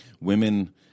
women